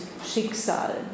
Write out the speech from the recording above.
Schicksal